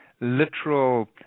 literal